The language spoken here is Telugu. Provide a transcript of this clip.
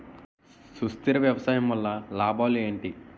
సుస్థిర వ్యవసాయం వల్ల లాభాలు ఏంటి?